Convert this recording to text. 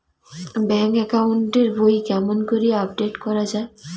Bank account এর বই কেমন করি আপডেট করা য়ায়?